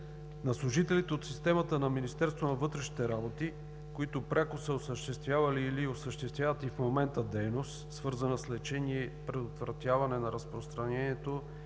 на служителите от системата на Министерството на вътрешните работи, които пряко са осъществявали или осъществяват и в момента дейност, свързана с лечение и предотвратяване на разпространението